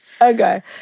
Okay